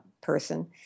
person